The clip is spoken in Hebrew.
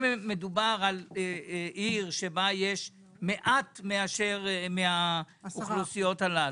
אם מדובר בעיר שבה יש מעט מהאוכלוסיות הללו,